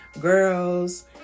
girls